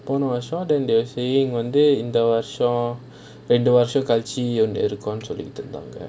don't know I saw that they were saying வந்து இந்த வருஷம் ரெண்டு வருஷம் கழச்சி இருக்கும் சொல்லிட்டு இருந்தாங்க:vanthu intha varusham rendu varusham kalachi irukum solittu irunthaanga